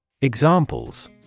Examples